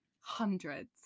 hundreds